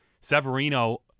Severino